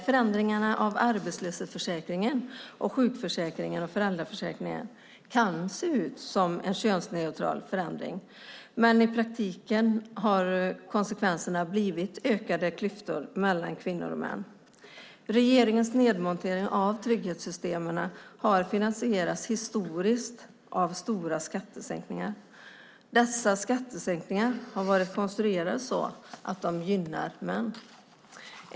Förändringarna av arbetslöshetsförsäkringen, sjukförsäkringen och föräldraförsäkringen kan se ut som könsneutrala förändringar, men i praktiken har konsekvenserna blivit ökade klyftor mellan kvinnor och män. Regeringens nedmontering av trygghetssystemen har historiskt finansierats av stora skattesänkningar. Dessa skattesänkningar har varit konstruerade så att de gynnar män.